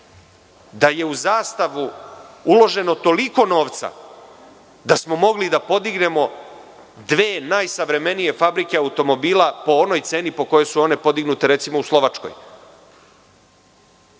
da je u „Zastavu“ uloženo toliko novca da smo mogli da podignemo dve najsavremenije automobila po onoj ceni po kojoj su one podignute u Slovačkoj,